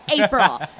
april